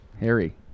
harry